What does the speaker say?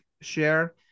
share